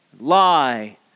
lie